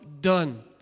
done